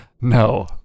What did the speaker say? No